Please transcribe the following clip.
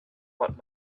what